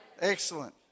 Excellent